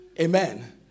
Amen